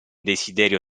desiderio